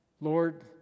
Lord